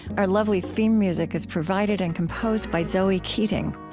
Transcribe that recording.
our lovely theme music is provided and composed by zoe keating.